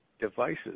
devices